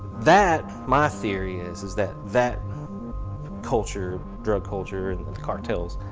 that, my theory is is that, that culture, drug culture, and cartels,